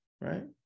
right